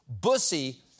bussy